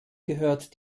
gehört